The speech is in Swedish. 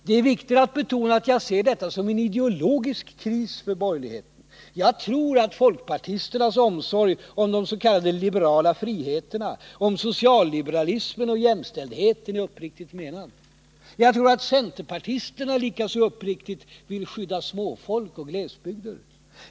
Det är viktigt att betona att jag ser detta som en ideologisk kris för borgerligheten. Jag tror att folkpartisternas omsorg om de s.k. liberala friheterna, om socialliberalismen och jämställdheten är uppriktigt menad. Jag tror att centerpartisterna likaså uppriktigt vill skydda småfolk och glesbygder.